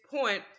point